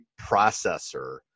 processor